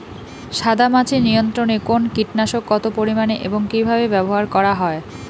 সাদামাছি নিয়ন্ত্রণে কোন কীটনাশক কত পরিমাণে এবং কীভাবে ব্যবহার করা হয়?